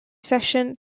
session